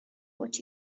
what